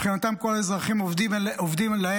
מבחינתם כל האזרחים עובדים בשבילם.